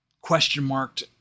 question-marked